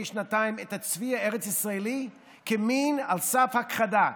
שנתיים את הצבי הארץ ישראלי כמין על סף הכחדה.